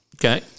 Okay